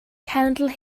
cenedl